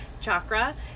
chakra